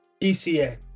ECA